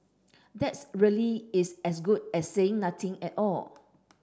that's really is as good as saying nothing at all